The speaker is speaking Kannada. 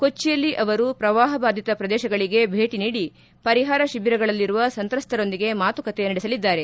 ಕೊಚ್ಚಿಯಲ್ಲಿ ಅವರು ಪ್ರವಾಹ ಬಾಧಿತ ಪ್ರದೇಶಗಳಿಗೆ ಭೇಟಿ ನೀಡಿ ಪರಿಹಾರ ಶಿಬಿರಗಳಲ್ಲಿರುವ ಸಂತ್ರಸ್ಟರೊಂದಿಗೆ ಮಾತುಕತೆ ನಡೆಸಲಿದ್ದಾರೆ